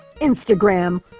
Instagram